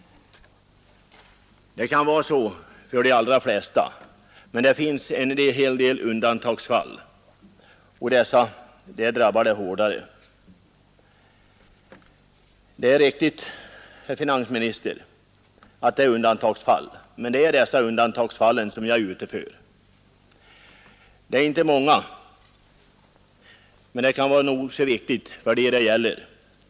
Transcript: I undantagsfall drabbas skogsägarna emellertid hårdare. Det är riktigt, herr finansminister, att det är fråga om undantagsfall. Men det är för dessa som jag nu talar. De är inte många, men frågan kan vara nog så viktig för dem det gäller.